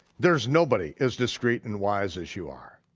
there's nobody as discreet and wise as you are.